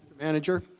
manager